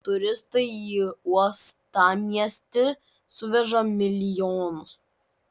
turistai į uostamiestį suveža milijonus